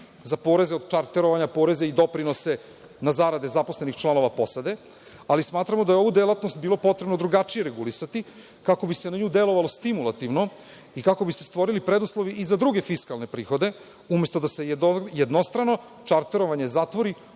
za poreze od čarterovanja, poreze i doprinose na zarade zaposlenih članova posade, ali smatramo da je ovu delatnost bilo potrebno drugačije regulisati, kako bi se na nju delovalo stimulativno i kako bi se stvorili preduslovi i za druge fiskalne prihode, umesto da se jednostrano čarterovanje zatvori